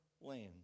land